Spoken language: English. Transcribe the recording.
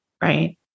Right